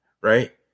Right